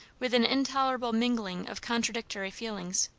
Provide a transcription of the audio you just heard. with an intolerable mingling of contradictory feelings.